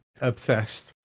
obsessed